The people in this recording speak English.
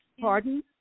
Pardon